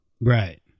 Right